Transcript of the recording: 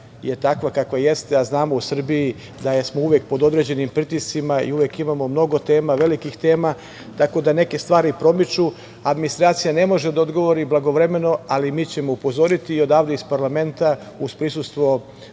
je takva kakva jeste, a znamo da smo u Srbiji uvek pod određenim pritiscima i uvek imamo mnogo tema, velikih tema, tako da neke stvari promiču, administracija ne može da odgovori blagovremeno, ali mi ćemo upozoriti odavde iz parlamenta, uz prisustvo